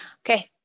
Okay